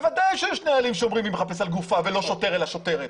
בוודאי שיש נהלים מי מחפש על גופה וזה לא שוטר אלא שוטרת.